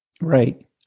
Right